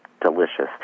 delicious